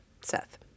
Seth